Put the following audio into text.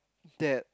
that